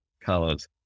colors